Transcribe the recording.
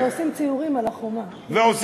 ועושים ציורים על החומות.